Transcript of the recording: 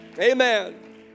Amen